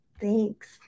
Thanks